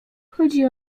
chodzi